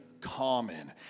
common